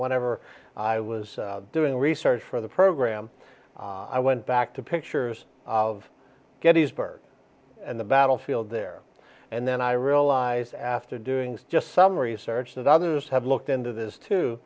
whenever i was doing research for the program i went back to pictures of gettysburg and the battlefield there and then i realized after doings just some research that others have looked into this too